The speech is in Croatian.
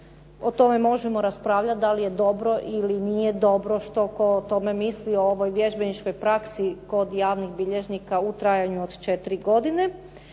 o tome možemo raspravljati da li je dobro ili nije dobro, što tko o tome misli o ovoj vježbeničkoj praksi kod javnih bilježnika u trajanju od četiri godine,